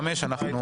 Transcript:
ב-10:35.